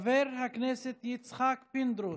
חבר הכנסת יצחק פינדרוס,